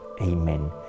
Amen